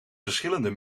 verschillende